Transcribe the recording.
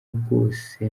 bwose